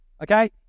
Okay